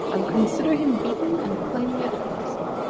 i will consider him beaten, and claim the autocracy.